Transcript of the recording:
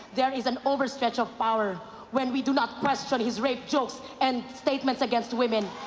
there is an overstretch of power when we do not question his rape jokes and statements against women.